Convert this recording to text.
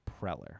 Preller